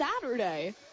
Saturday